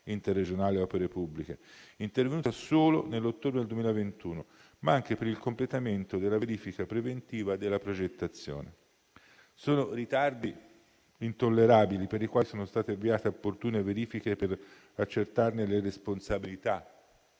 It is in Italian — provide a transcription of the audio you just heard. interregionale alle opere pubbliche, intervenuta solo nell'ottobre del 2021, ma anche per il completamento della verifica preventiva della progettazione. Sono ritardi intollerabili, pertanto sono state avviate le opportune verifiche per accertarne le responsabilità,